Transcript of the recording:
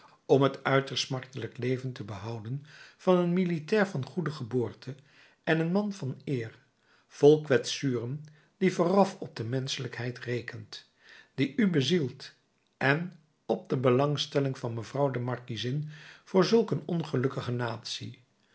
om het uiterst smartelijk leven te behouden van een militair van goede geboorte en een man van eer vol kwetsuren die vooraf op de menschelijkheid rekent die u bezielt en op de belangstelling van mevrouw de markiezin voor zulk een ongelukkige natie